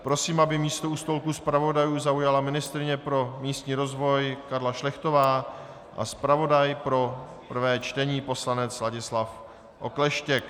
Prosím, aby místo u stolku zpravodajů zaujala ministryně pro místní rozvoj Karla Šlechtová a zpravodaj pro prvé čtení poslanec Ladislav Okleštěk.